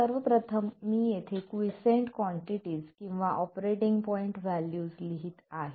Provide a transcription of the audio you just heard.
सर्वप्रथम मी येथे क्वीसेंट कॉन्टिटीस किंवा ऑपरेटिंग पॉईंट व्हॅल्यूज लिहित आहे